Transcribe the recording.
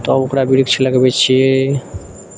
तब ओकरा वृक्ष लगबै छियै